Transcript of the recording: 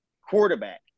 quarterback